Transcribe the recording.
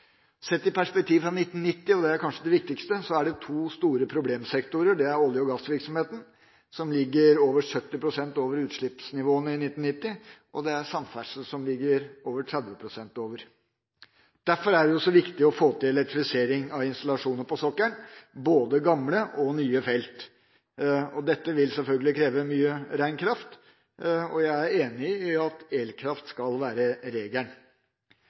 Sett i perspektiv fra 1990 – og det er kanskje det viktigste – er det to store problemsektorer. Det er olje- og gassvirksomheten, som ligger over 70 pst. over utslippsnivået i 1990, og det er samferdsel, som ligger 30 pst. over. Derfor er det så viktig å få til elektrifisering av installasjoner på sokkelen, både på gamle og nye felt. Dette vil selvfølgelig kreve mye rein kraft, og jeg er enig i at elkraft skal være regelen.